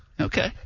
Okay